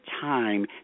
time